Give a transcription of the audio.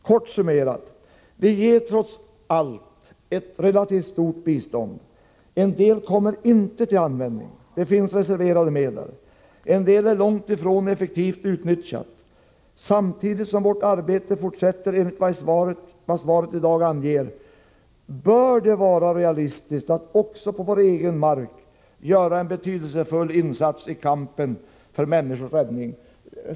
Kort summerat: Vi ger trots allt ett relativt stort bistånd. En del av det kommer inte till användning — det finns reserverade medel. En del är långt ifrån effektivt utnyttjat. Samtidigt som vårt arbete fortsätter, enligt vad som anges i svaret här i dag, bör det vara realistiskt att också på vår egen mark göra en betydelsefull insats i kampen för människors räddning.